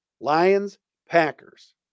Lions-Packers